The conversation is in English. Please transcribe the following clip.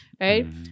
right